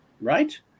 right